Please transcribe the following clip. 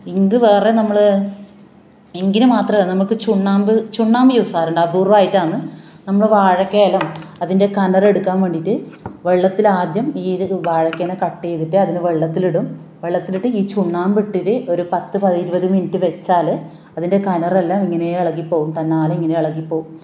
ink വേറെ നമ്മൾ ഇങ്കിന് മാത്രമേ നമുക്ക് ചുണ്ണാമ്പ് ചുണ്ണാമ്പ് യൂസ് ചെയ്യാറുണ്ട് അപൂര്വമായിട്ടാണ് നമ്മൾ വാഴയ്ക്ക എല്ലാം അതിന്റെ കനറെടുക്കാന് വേണ്ടിയിട്ട് വെള്ളത്തിലാദ്യം ഈ ഒരു വാഴയ്ക്കേനെ ഇങ്ങനെ കട്ട് ചെയ്തിട്ട് അത് വെള്ളത്തിലിടും വെള്ളത്തിലിട്ട് ഈ ചുണ്ണാമ്പ് ഇട്ടിട്ട് ഒരു പത്ത് പ ഇരുപത് മിനിറ്റ് വെച്ചാൽ അതിന്റെ കനറെല്ലാം ഇങ്ങനെ ഇളകി പോകും തന്നാലെ ഇങ്ങനെ ഇളകി പോകും